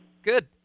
Good